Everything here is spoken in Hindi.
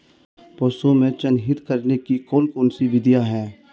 पशुओं को चिन्हित करने की कौन कौन सी विधियां हैं?